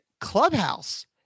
clubhouse